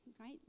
right